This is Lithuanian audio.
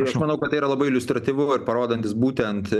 aš manau kad tai yra labai iliustratyvu ir parodantis būtent